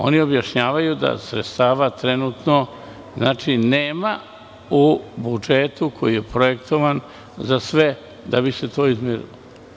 Oni objašnjavaju da sredstava trenutno u budžetu koji je projektovan za sve nema da bi se to izmirilo.